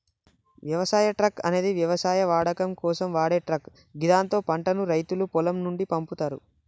వ్యవసాయ ట్రక్ అనేది వ్యవసాయ వాడకం కోసం వాడే ట్రక్ గిదాంతో పంటను రైతులు పొలం నుండి పంపుతరు